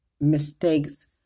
mistakes